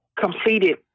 completed